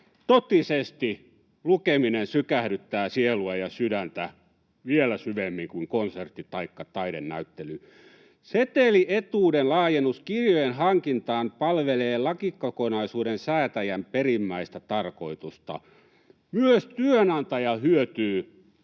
Totisesti, lukeminen sykähdyttää sielua ja sydäntä, vielä syvemmin kuin konsertti taikka taidenäyttely. Setelietuuden laajennus kirjojen hankintaan palvelee lakikokonaisuuden säätäjän perimmäistä tarkoitusta. Myös työnantaja hyötyy